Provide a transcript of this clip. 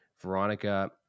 Veronica